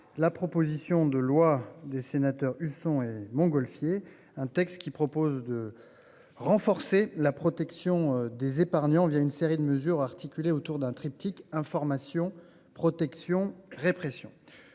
la proposition de loi des sénateurs Husson et Montgolfier un texte qui propose de. Renforcer la protection des épargnants via une série de mesures articulée autour d'un triptyque information protection répression.